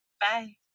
Bye